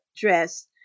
dress